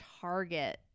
target